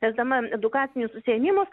vesdama edukacinius užsiėmimus